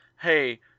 Hey